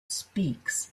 speaks